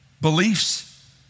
beliefs